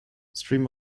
stream